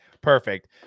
perfect